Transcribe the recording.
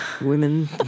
Women